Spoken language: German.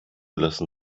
lassen